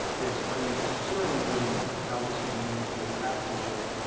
is, are you considering, maybe, how this could be used to attract people,